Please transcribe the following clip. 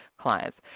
clients